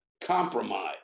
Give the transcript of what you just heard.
Compromise